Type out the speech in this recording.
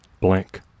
blank